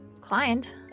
client